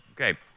okay